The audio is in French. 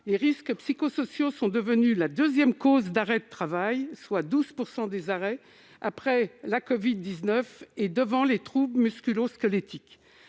en mai 2020, ils sont devenus la deuxième cause d'arrêt de travail, soit 12 % des arrêts, après la covid-19 et devant les troupes musculo-squelettiques.